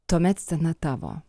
tuomet scena tavo